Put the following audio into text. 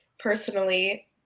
Personally